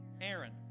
Aaron